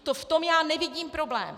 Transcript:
V tom já nevidím problém.